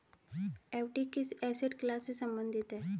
FD किस asset class से संबंधित है?